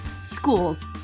schools